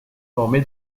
formé